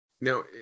Now